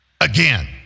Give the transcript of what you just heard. Again